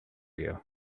you